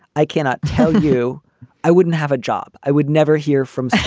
i cannot tell you i wouldn't have a job. i would never hear from.